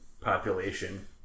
Population